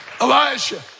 Elijah